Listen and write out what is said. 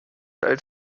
als